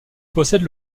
possède